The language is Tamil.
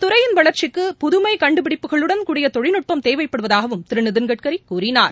துறையின் வளர்ச்சிக்கு புதுமை கண்டுபிடிப்புகளுடன் கூடிய தொழில்நுட்பம் இந்த தேவைப்படுவதாகவும் திரு நிதின் கட்கரி கூறினார்